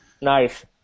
Nice